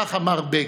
כך אמר בגין.